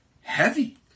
heavy